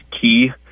key